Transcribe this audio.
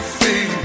see